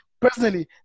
personally